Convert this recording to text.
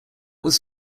was